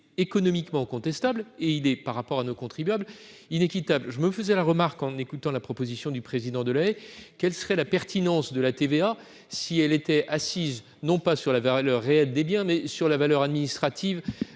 économiquement contestable et il est par rapport à nos contribuables inéquitable, je me faisais la remarque en écoutant la proposition du président de lait, quelle serait la pertinence de la TVA, si elle était assise non pas sur la valeur réelle des biens, mais sur la valeur administrative